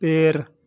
पेड़